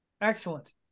Excellent